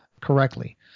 correctly